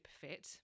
fit